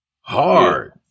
hard